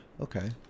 okay